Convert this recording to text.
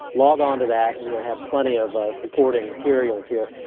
log on to that, and we'll have plenty of supporting materials here.